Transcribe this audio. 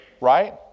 Right